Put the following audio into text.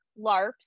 LARPs